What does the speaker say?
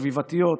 סביבתיות.